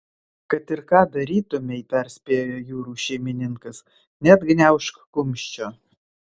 kad ir ką darytumei perspėjo jūrų šeimininkas neatgniaužk kumščio